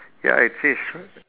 ya it says